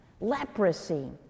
leprosy